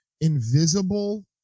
Invisible